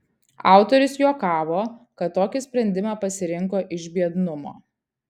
autorius juokavo kad tokį sprendimą pasirinko iš biednumo